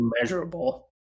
immeasurable